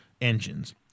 engines